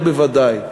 בוודאי.